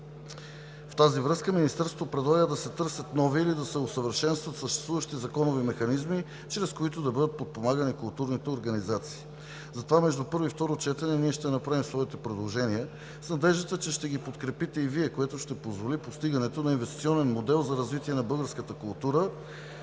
В тази връзка Министерството предлага да се търсят нови или да се усъвършенстват съществуващи законови механизми, чрез които да бъдат подпомагани културните организации. Затова между първо и второ четене ние ще направим своите предложения с надеждата, че ще ги подкрепите и Вие, което ще позволи постигането на инвестиционен модел за развитие на българската култура